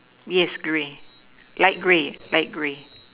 yes grey light grey light grey